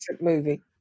movie